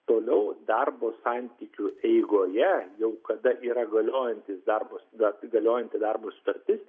toliau darbo santykių eigoje jau kada yra galiojantys darbo sut galiojanti darbo sutartis